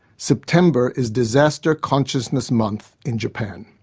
september is disaster-consciousness month in japan.